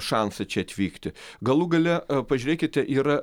šansą čia atvykti galų gale pažiūrėkite yra